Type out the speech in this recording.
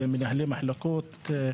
מנהלי מחלקות,